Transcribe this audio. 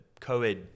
co-ed